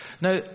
now